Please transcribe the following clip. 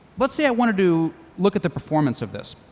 let's say i wanted to look at the performance of this.